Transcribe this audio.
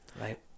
right